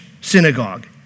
synagogue